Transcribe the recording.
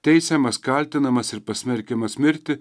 teisiamas kaltinamas ir pasmerkiamas mirti